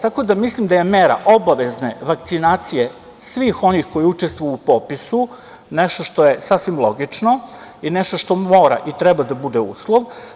Tako da mislim da je mera obavezne vakcinacije svih onih koji učestvuju u popisu nešto što je sasvim logično, i nešto što mora i treba da bude uslov.